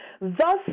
Thus